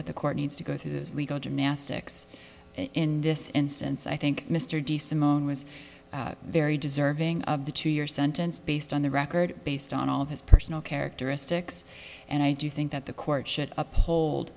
that the court needs to go through his legal gymnastics in this instance i think mr de simone was very deserving of the two year sentence based on the record based on all his personal characteristics and i do think that the court should uphold